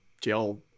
jail